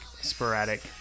sporadic